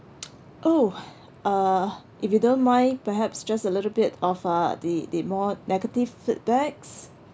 oh uh if you don't mind perhaps just a little bit of a the the more negative feedbacks